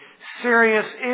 serious